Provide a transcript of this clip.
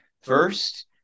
First